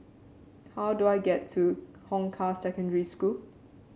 how do I get to Hong Kah Secondary School